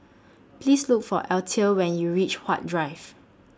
Please Look For Eathel when YOU REACH Huat Drive